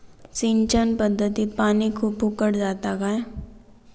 सिंचन पध्दतीत पानी खूप फुकट जाता काय?